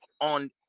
on